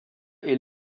est